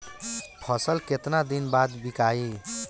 फसल केतना दिन बाद विकाई?